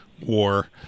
war